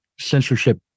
censorship